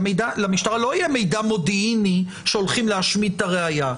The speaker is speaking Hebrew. למשטרה לא יהיה מידע מודיעיני שהולכים להשמיד את הראיה.